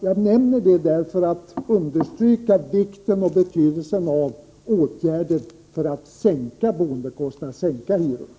Jag nämner detta för att understryka vikten av att det vidtas åtgärder för att sänka boendekostnaderna och därmed hyrorna.